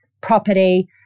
property